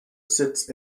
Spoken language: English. sits